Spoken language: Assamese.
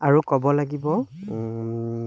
আৰু ক'ব লাগিব